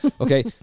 Okay